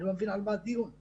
אני לא מבין על מה הדיון.